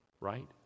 right